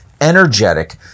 energetic